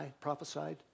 prophesied